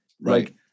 Right